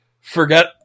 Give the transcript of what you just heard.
forget